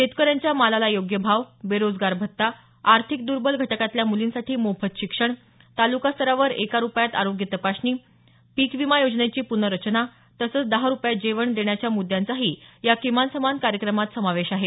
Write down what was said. शेतकऱ्यांच्या मालाला योग्य भाव बेरोजगार भत्ता आर्थिक दूर्बल घटकातल्या मुलींसाठी मोफत शिक्षण तालुकास्तरावर एक रुपयात आरोग्य तपासणी पीक विमा योजनेची प्नर्रचना तसंच दहा रुपयात जेवण मुद्यांचाही या किमान समान कार्यक्रमात समावेश आहे